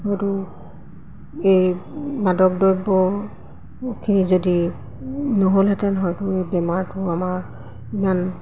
হয়তো এই মাদক দ্ৰব্যখিনি যদি নহ'লহেঁতেন হয়তো এই বেমাৰটোও আমাৰ ইমান